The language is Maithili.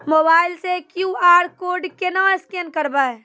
मोबाइल से क्यू.आर कोड केना स्कैन करबै?